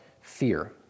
fear